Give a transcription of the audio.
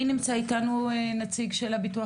אילת כהן, נציגת הביטוח